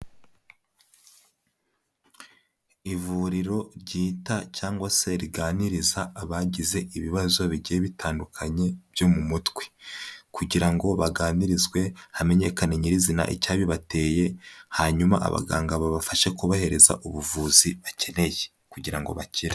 Ivuriro ryita cyangwa se riganiriza abagize ibibazo bigiye bitandukanye byo mu mutwe kugira ngo baganirizwe hamenyekane nyiri zina icyabibateye, hanyuma abaganga babafashe kubahereza ubuvuzi bakeneye kugira ngo bakire.